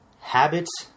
Habits